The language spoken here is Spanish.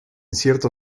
cierto